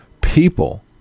People